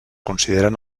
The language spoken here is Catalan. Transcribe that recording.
consideren